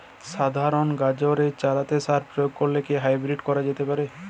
সাধারণ গাজরের চারাতে সার প্রয়োগ করে কি হাইব্রীড করা যেতে পারে?